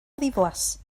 ddiflas